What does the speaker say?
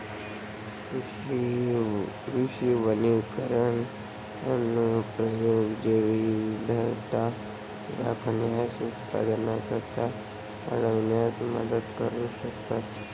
कृषी वनीकरण अनुप्रयोग जैवविविधता राखण्यास, उत्पादकता वाढविण्यात मदत करू शकतात